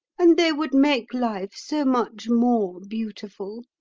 and they would make life so much more beautiful.